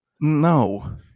No